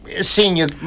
senior